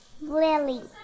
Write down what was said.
Lily